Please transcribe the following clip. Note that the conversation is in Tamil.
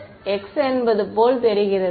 மாணவர் இது இன்னும் z x என்பது போல் தெரிகிறது